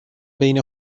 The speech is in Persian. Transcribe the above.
بین